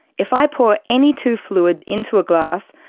if i pour any two fluids into a glass,